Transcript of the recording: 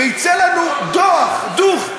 ויצא לנו דוֹחַ דוּח,